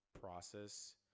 process